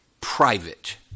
private